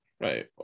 Right